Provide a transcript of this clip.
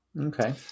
Okay